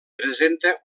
presenta